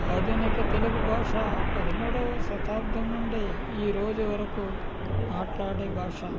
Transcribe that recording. ఆధునిక తెలుగు భాష పదమూడువ శతాబ్దం నుండి ఈ రోజు వరకు మాట్లాడే భాష